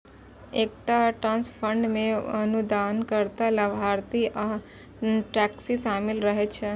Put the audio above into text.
एकटा trust fund मे अनुदानकर्ता, लाभार्थी आ ट्रस्टी शामिल रहै छै